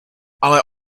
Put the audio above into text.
ale